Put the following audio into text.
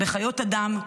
בחיות אדם,